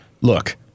Look